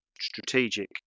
strategic